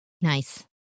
Nice